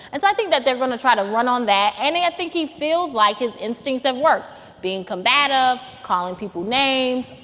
and so i think that they're going to try to run on that. and i think he feels like his instincts have worked being combative, calling people names,